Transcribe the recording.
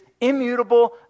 immutable